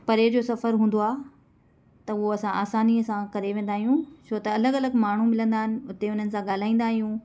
परे जो सफ़रु हूंदो आहे त उहो असां आसानीअ सां करे वेंदा आहियूं छो त अलॻि अलॻि माण्हू मिलंदा आहिनि उते उन्हनि सां ॻाल्हाईंदा आहियूं